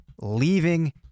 leaving